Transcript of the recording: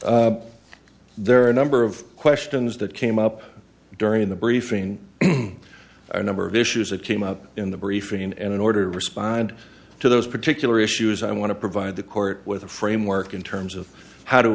favor there are a number of questions that came up during the briefing or number of issues that came up in the briefing and in order to respond to those particular issues i want to provide the court with a framework in terms of how to